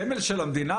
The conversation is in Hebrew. הסמל של המדינה?